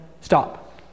stop